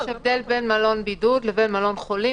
יש הבדל גדול מאוד בין מלון בידוד לבין מלון חולים.